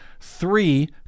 three